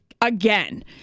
again